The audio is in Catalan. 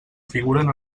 figuren